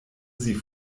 sie